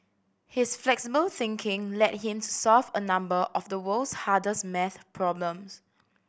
his flexible thinking led him to solve a number of the world's hardest maths problems